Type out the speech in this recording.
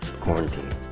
quarantine